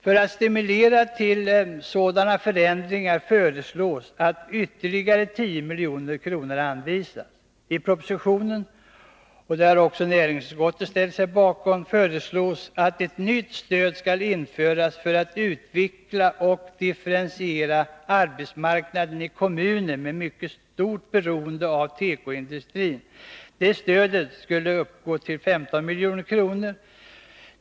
För att stimulera till sådana förändringar föreslås att ytterligare 10 milj.kr. anvisas. I propositionen föreslås — och det har också näringsutskottet ställt sig bakom — att ett nytt stöd skall införas för att utveckla och differentiera arbetsmarknaden i kommuner med mycket stort beroende av tekoindustrin. Det stödet skulle uppgå till 15 milj.kr.